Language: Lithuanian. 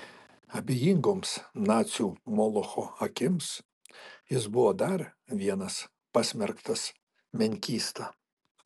abejingoms nacių molocho akims jis buvo dar vienas pasmerktas menkysta